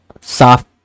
soft